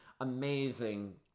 amazing